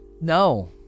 No